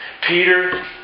Peter